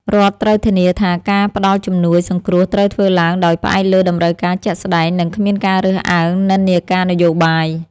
រដ្ឋត្រូវធានាថាការផ្តល់ជំនួយសង្គ្រោះត្រូវធ្វើឡើងដោយផ្អែកលើតម្រូវការជាក់ស្តែង និងគ្មានការរើសអើងនិន្នាការនយោបាយ។